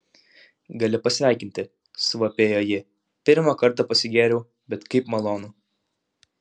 gali pasveikinti suvapėjo ji pirmą kartą pasigėriau bet kaip malonu